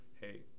hey